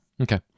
Okay